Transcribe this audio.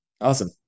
Awesome